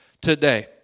today